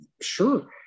sure